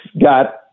got